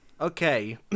Okay